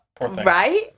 right